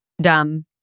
dumb